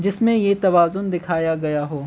جس میں یہ توازن دکھایا گیا ہو